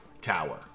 tower